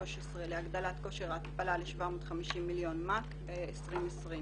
להגדלת כושר ההתפלה ל-750 מיליון מ"ק ל-2020,